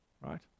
right